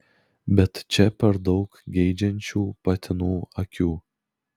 bet čia per daug geidžiančių patinų akių